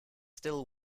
still